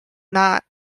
not